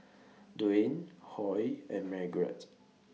Dwan Huy and Margrett